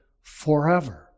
forever